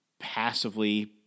passively